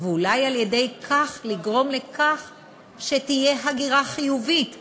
ואולי על-ידי כך לגרום להגירה חיובית אצלן.